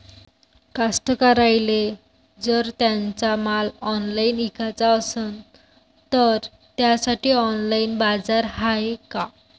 कास्तकाराइले जर त्यांचा माल ऑनलाइन इकाचा असन तर त्यासाठी ऑनलाइन बाजार हाय का?